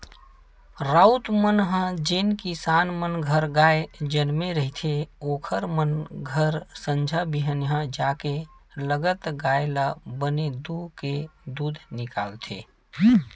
राउत मन ह जेन किसान मन घर गाय जनमे रहिथे ओखर मन घर संझा बिहनियां जाके लगत गाय ल बने दूहूँके दूद निकालथे